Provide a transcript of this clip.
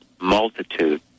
multitude